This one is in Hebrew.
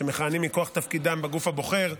שמכהנים מכוח תפקידם בגוף הבוחר,